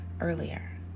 earlier